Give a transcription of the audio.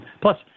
Plus